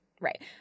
right